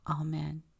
Amen